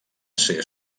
ser